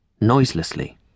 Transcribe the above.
noiselessly